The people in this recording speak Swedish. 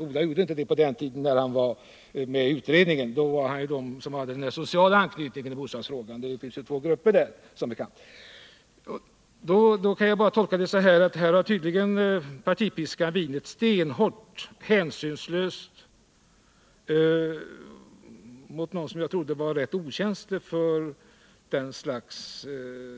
Ola Ullsten kände inte den tillhörigheten på den tid han var med i utredningen. Då var han en av dem som såg på byggfrågan socialt — det finns som bekant två grupper i folkpartiet. Jag kan bara tolka det hela så att partipiskan tydligen har vinit hårt och hänsynslöst mot någon som jag trodde var rätt okänslig för detta slags